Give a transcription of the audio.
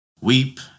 weep